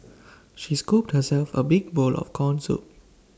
she scooped herself A big bowl of Corn Soup